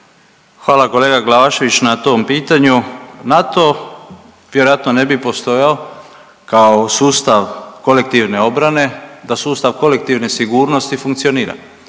Hvala kolega Glavašević na tom pitanju. NATO vjerojatno ne bi postojao kao sustav kolektivne obrane da sustav kolektivne sigurnosti funkcionira.